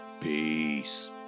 Peace